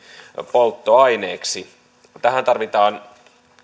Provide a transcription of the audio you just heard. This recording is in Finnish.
polttoaineeksi tähän tarvitaan